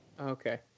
okay